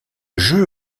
jeu